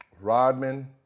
Rodman